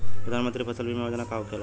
प्रधानमंत्री फसल बीमा योजना का होखेला?